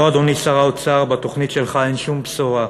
לא, אדוני שר האוצר, בתוכנית שלך אין שום בשורה.